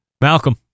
Malcolm